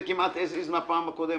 זה כמעט as is מהפעם הקודמת,